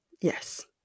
Yes